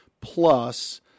plus